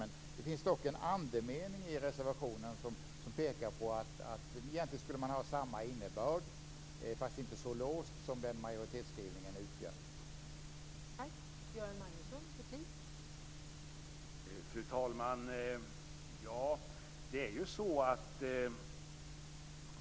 Men det finns dock en andemening i reservationen om att innebörden egentligen skulle vara samma fast inte så låst som den som majoritetsskrivningen utgör.